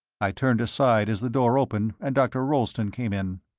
i turned aside as the door opened and dr. rolleston came in.